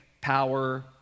Power